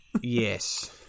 Yes